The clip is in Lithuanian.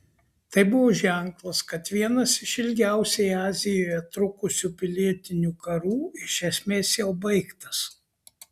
tai buvo ženklas kad vienas iš ilgiausiai azijoje trukusių pilietinių karų iš esmės jau baigtas